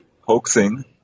hoaxing